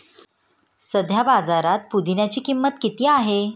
सध्या बाजारात पुदिन्याची किंमत किती आहे?